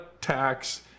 tax